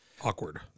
awkward